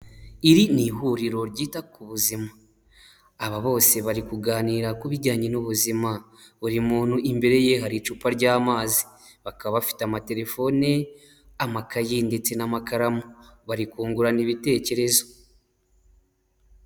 Iri ni ihuriro ryita ku buzima aba bose bari kuganira ku bijyanye n'ubuzima buri muntu imbere ye hari icupa ry'amazi bakaba bafite amatelefone, amakayi ndetse n'amakaramu bari kungurana ibitekerezo.